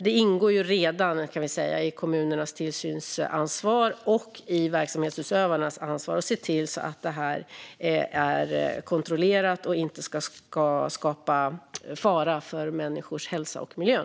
Det ingår också redan i kommunernas tillsynsansvar och i verksamhetsutövarnas ansvar att se till att detta är kontrollerat och inte skapar fara för människors hälsa och för miljön.